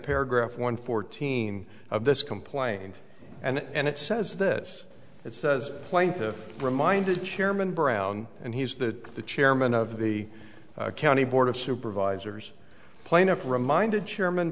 paragraph one fourteen of this complaint and and it says this it says plaintiff reminded chairman brown and he's that the chairman of the county board of supervisors plaintiff reminded chairman